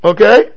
Okay